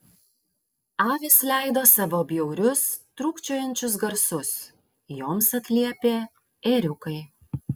avys leido savo bjaurius trūkčiojančius garsus joms atliepė ėriukai